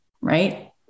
right